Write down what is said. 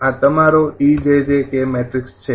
તેથી આ તમારો 𝑒𝑗𝑗𝑘 મેટ્રિક્સ છે